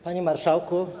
Panie Marszałku!